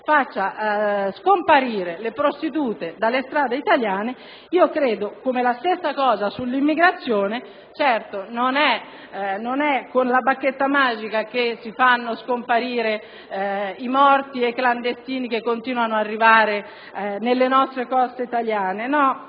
davvero scomparire le prostitute dalle strade italiane, credo che, come nel caso dell'immigrazione, non è certo con la bacchetta magica che si faranno scomparire i morti e i clandestini che continuano ad arrivare sulle coste italiane, ma